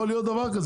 מודעים